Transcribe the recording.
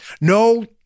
No